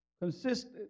consistent